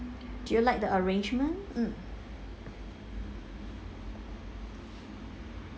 do you like the arrangement mm